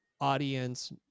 audience